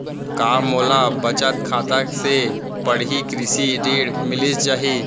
का मोला बचत खाता से पड़ही कृषि ऋण मिलिस जाही?